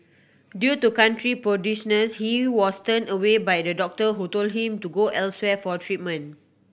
due to country prudishness he was turned away by a doctor who told him to go elsewhere for treatment